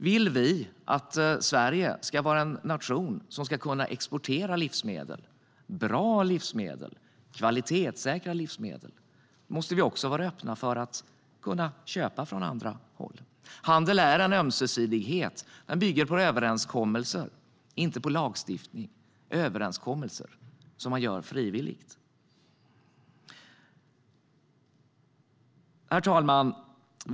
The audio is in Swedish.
Vill vi att Sverige ska vara en nation som kan exportera livsmedel - bra livsmedel, kvalitetssäkra livsmedel - måste vi också vara öppna för att köpa från andra håll. Handel bygger på ömsesidighet. Den bygger på överenskommelser, inte på lagstiftning - överenskommelser som man gör frivilligt. Herr talman!